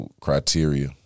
criteria